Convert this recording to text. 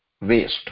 waste